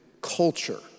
culture